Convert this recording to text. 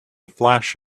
flash